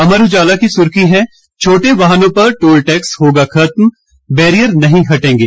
अमर उजाला की सुर्खी है छोटे वाहनों पर टोल टैक्स होगा खत्म बैरियर नहीं हटेंगे